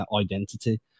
identity